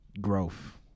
growth